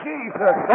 Jesus